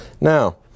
Now